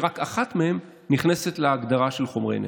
שרק אחת מהן נכנסת להגדרה של חומרי נפץ.